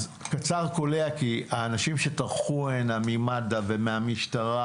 אז קצר וקולע כי האנשים שטרחו להגיע הנה ממד"א ומהמשטרה,